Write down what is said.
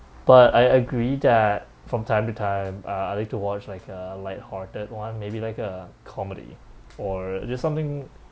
but I agree that from time to time uh I like to watch like a lighthearted one maybe like a comedy or just something